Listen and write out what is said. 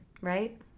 right